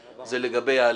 זה לגבי ההליך.